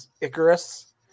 Icarus